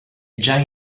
già